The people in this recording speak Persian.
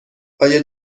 آیا